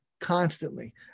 constantly